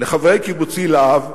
לחברי קיבוצי, להב,